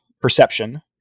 perception